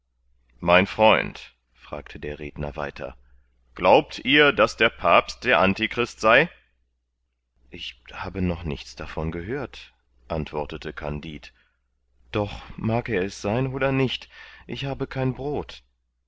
mein freund fragte der redner weiter glaubt ihr daß der papst der antichrist sei ich habe noch nichts davon gehört antwortete kandid doch mag er es sein oder nicht ich habe kein brot